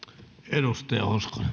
arvoisa